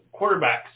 quarterbacks